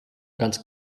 ganz